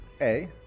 A-